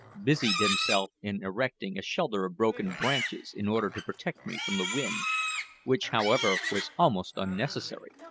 busied himself in erecting a shelter of broken branches in order to protect me from the wind which, however, was almost unnecessary,